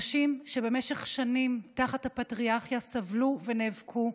נשים שבמשך שנים תחת הפטריארכיה סבלו ונאבקו,